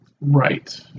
Right